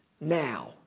now